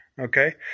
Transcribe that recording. Okay